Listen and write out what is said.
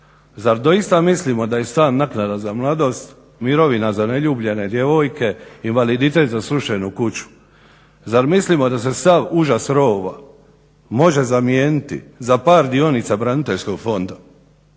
Zar doista mislimo da je sva naknada za mladost, mirovina za neljubljene djevojke, invaliditet za srušenu kuću? Zar mislimo da se sav užas rovova može zamijeniti za bar dionica braniteljskog fonda,